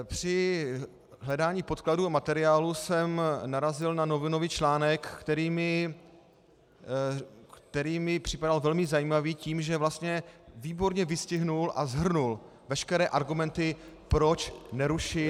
Při hledání podkladů a materiálů jsem narazil na novinový článek, který mi připadal velmi zajímavý tím, že vlastně výborně vystihl a shrnul veškeré argumenty, proč nerušit